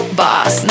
boss